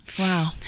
Wow